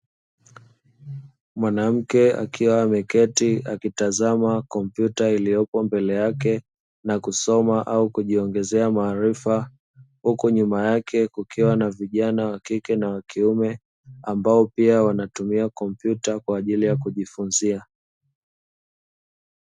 Mwanamke akiwa ameketi akitazama kompyuta iliyoko mbele yake na kusoma au kujiongezea maarifa huku nyuma yake kukiwa na vijana wakike na wakiume ambao pia wanatumia kompyuta kwa ajili ya kujifunzia.